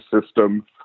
system